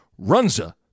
Runza